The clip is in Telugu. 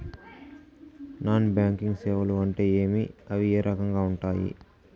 నాన్ బ్యాంకింగ్ సేవలు అంటే ఏమి అవి ఏ రకంగా ఉండాయి